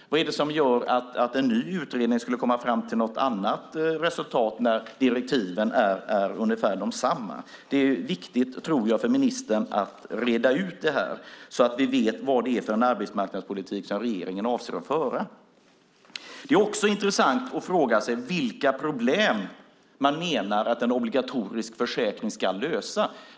Vad är det som gör att en ny utredning skulle komma fram till något annat resultat när direktiven är ungefär desamma? Det är viktigt för ministern att reda ut det här, tror jag, så att vi vet vad det är för arbetsmarknadspolitik som regeringen avser att föra. Det är också intressant att fråga sig vilka problem man menar att en obligatorisk försäkring ska lösa.